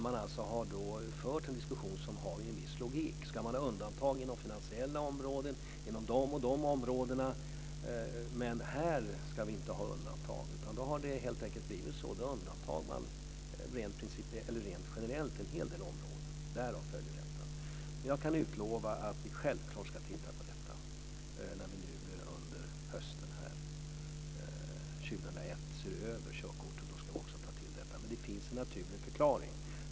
Man har fört en diskussion som har en viss logik. Ska man ha undantag inom finansiella områden och inom andra områden gäller undantagen generellt även inom detta område. Men jag kan utlova att vi självfallet ska titta på detta när körkorten under hösten 2001 ska ses över. Det finns alltså en naturlig förklaring.